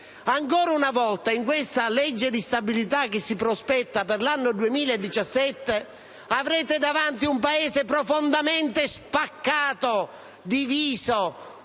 Ancora una volta, nella legge di stabilità che si prospetta per l'anno 2017 avrete davanti un Paese profondamente spaccato, diviso,